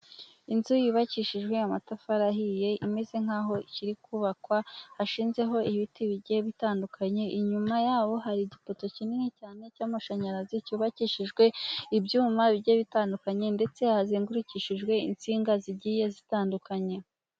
Inzu yubakishijwe amatafari ahiye, imeze nk'aho ikiri kubakwa, hashinzeho ibiti bigiye bitandukanye, inyuma yaho hari igipoto kinini cyane cy'amashanyarazi, cyubakishijwe ibyuma bigiye bitandukanye ndetse hazengurukishijwe insinga zigiye zitandukanye.